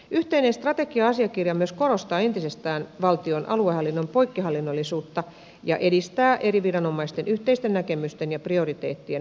yhteinen strategia asiakirja myös korostaa entisestään valtion aluehallinnon poikkihallinnollisuutta ja edistää eri viranomaisten yhteisten näkemysten ja prioriteettien muodostamista